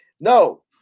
no